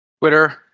twitter